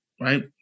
right